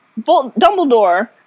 Dumbledore